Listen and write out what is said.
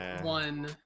one